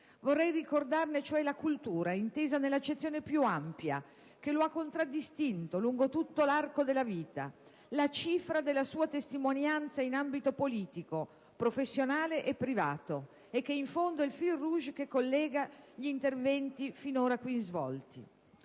Vorrei ricordarne, cioè, la cultura, intesa nell'accezione più ampia, la quale lo ha contraddistinto lungo tutto l'arco della vita: la cifra della sua testimonianza in ambito politico, professionale e privato che, in fondo, è il *fil rouge* che collega gli interventi finora svolti